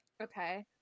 okay